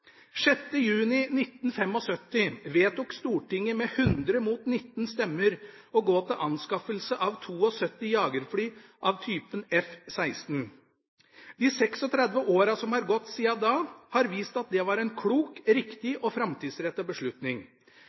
6. juni 1975 vedtok Stortinget med 100 mot 19 stemmer å gå til anskaffelse av 72 jagerfly av typen F-16. De 36 årene som har gått siden da, har vist at det var en klok, riktig og framtidsrettet beslutning.